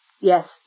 yes